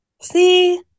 See